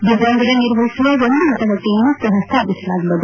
ದಿವ್ಯಾಂಗರೇ ನಿರ್ವಹಿಸುವ ಒಂದು ಮತಗಟ್ಟೆಯನ್ನು ಸಹ ಸ್ಟಾಪಿಸಲಾಗುವುದು